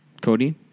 Cody